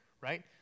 right